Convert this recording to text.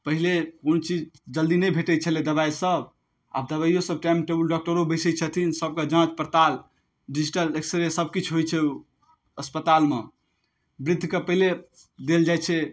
पहिले कोनो चीज जल्दी नहि भेटै छलै दबाइ सब आब दबाइयो सब टाइम टेबुल डॉक्टरो बैसै छथिन सबके जाँच पड़ताल डिजिटल एक्सरे सब किछु होइ छै अस्पतालमे वृद्धके पहिले देल जाइ छै